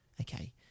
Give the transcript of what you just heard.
okay